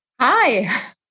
Hi